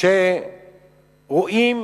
כשרואים